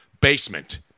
basement